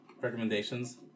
recommendations